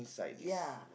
ya